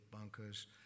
bunkers